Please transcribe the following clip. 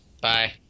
Bye